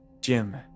Jim